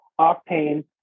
Octane